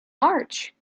march